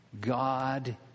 God